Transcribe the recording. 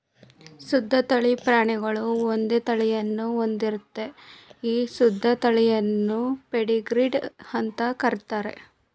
ಶುದ್ಧ ತಳಿ ಪ್ರಾಣಿಗಳು ಒಂದೇ ತಳಿಯನ್ನು ಹೊಂದಿರ್ತದೆ ಈ ಶುದ್ಧ ತಳಿಗಳನ್ನು ಪೆಡಿಗ್ರೀಡ್ ಅಂತ ಕರೀತಾರೆ